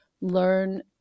learn